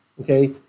Okay